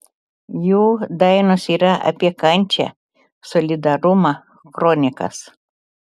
jų dainos yra apie kančią solidarumą kronikas